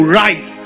rise